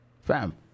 Fam